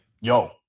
yo